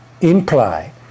imply